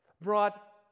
brought